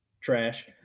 trash